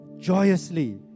Joyously